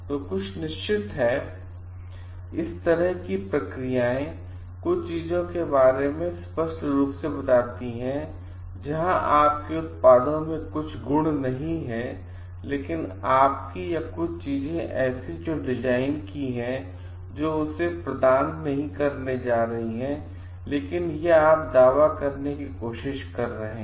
तो कुछ निश्चित हैं इस तरह की प्रक्रियाएं कुछ चीजों के बारे में स्पष्ट रूप से बताती हैं जहां आपके उत्पादों में कुछ गुण नहीं हैं लेकिन आपकी या कुछ ऐसी चीज़ें जो आपने डिज़ाइन की हैं वह उसे प्रदान करते नहीं जा रही हैं लेकिन आप यह दावा करने की कोशिश कर रहे हैं